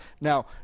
now